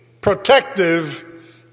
protective